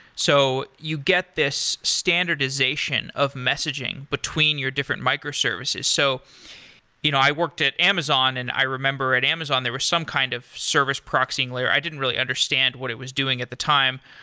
so you get this standardization of messaging between your different microservices so you know i worked at amazon and i remember at amazon, there were some kind of service proxying layer. i didn't really understand what it was doing at the time.